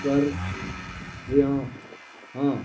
ਕਰ ਰਿਹਾ ਹਾਂ